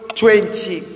twenty